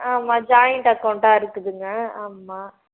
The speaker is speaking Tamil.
ஆமாம் ஜாயின்ட் அக்கௌண்ட்டாக இருக்குதுங்க ஆமாம்